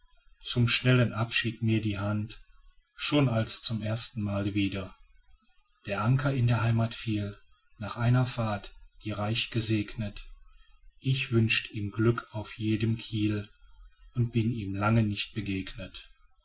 zum schnellen abschied mir die hand schon als zum ersten male wieder der anker in der heimat fiel nach einer fahrt die reich gesegnet ich wünscht ihm glück auf jedem kiel und bin ihm lange nicht begegnet